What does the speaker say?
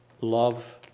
love